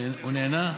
הוא נהנה?